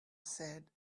said